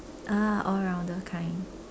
uh all rounder kind